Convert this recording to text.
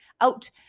out